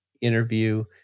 interview